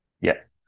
Yes